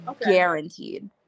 Guaranteed